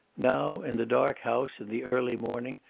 now, in the dark house, in the early morning,